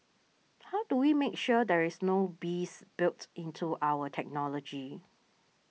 how do we make sure there is no bis built into our technology